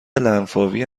لنفاوی